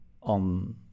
on